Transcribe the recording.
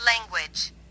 Language